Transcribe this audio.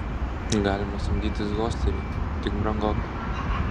galima samdytis hosterį tik brangoka